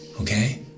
okay